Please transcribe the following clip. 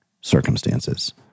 circumstances